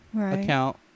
account